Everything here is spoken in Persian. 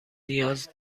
نیاز